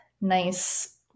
nice